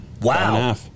Wow